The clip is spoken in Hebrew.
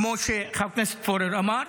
כמו שחבר הכנסת פורר אמר,